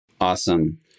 awesome